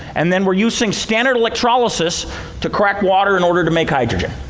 and then we're using standard electrolysis to crack water in order to make hydrogen.